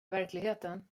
verkligheten